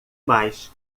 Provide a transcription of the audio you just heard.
mais